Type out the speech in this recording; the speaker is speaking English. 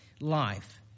life